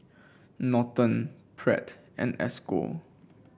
Norton Pratt and Esco